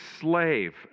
slave